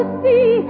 see